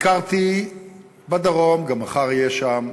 ביקרתי בדרום, גם מחר אהיה שם.